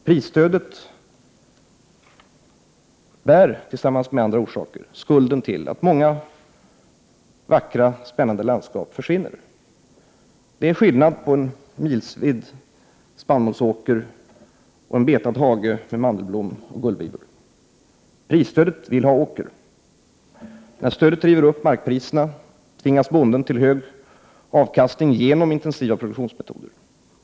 Prisstödet bär, tillsammans med andra faktorer, ansvaret för att många vackra och intressanta landskap försvinner. Det är skillnad mellan en milsvid spannmålsåker och en betad hage med mandelblom och gullvivor. Prisstödet vill ha åker. När stödet driver upp markpriserna, tvingas bonden att producera med hög avkastning genom intensiva produktionsmetoder.